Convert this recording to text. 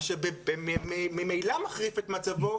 דבר שממילא מחריף את מצבו,